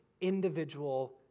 individual